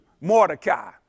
Mordecai